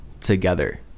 together